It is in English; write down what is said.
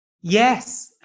Yes